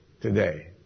today